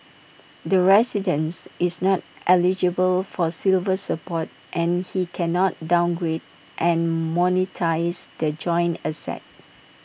the residents is not eligible for silver support and he cannot downgrade and monetise the joint asset